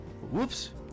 whoops